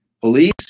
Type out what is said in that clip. police